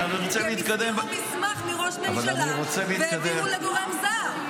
כי הם הסתירו מסמך מראש ממשלה והעבירו לגורם זר.